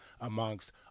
amongst